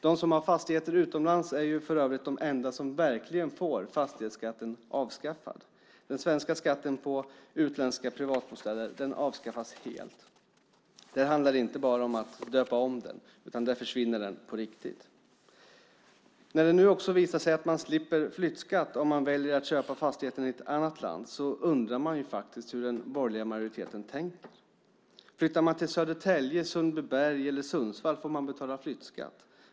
De som har fastigheter utomlands är för övrigt de enda som verkligen får fastighetsskatten avskaffad. Den svenska skatten på utländska privatbostäder avskaffas helt. Där handlar det inte bara om att döpa om den, utan den försvinner på riktigt. När det nu också visar sig att man slipper flyttskatt om man väljer att köpa en fastighet i ett annat land undrar jag faktiskt hur den borgerliga majoriteten tänker. Flyttar man till Södertälje, Sundbyberg eller Sundsvall får man betala flyttskatt.